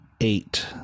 eight